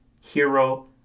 hero